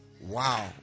wow